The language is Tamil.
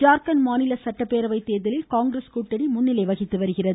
ஜார்க்கண்ட் மாநில சட்டப்பேரவை தேர்தலில் காங்கிரஸ் கூட்டணி முன்னிலை வகித்து வருகிறது